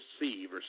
receive